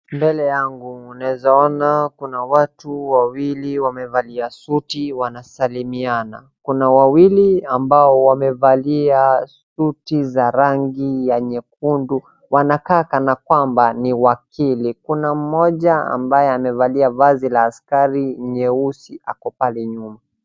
Mbele yangu naeza ona kuna watu wawili wamevalia suti wanasalimiana. Kuna wawili ambao wamevalia suti za rangi nyekundu, wanakaa kana kwamba ni wakili, kuna mmoja ambaye amevalia vazi la askari nyeusi ako pale nyuma.